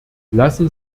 lassen